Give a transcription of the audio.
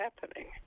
happening